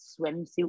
swimsuit